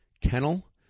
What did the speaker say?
kennel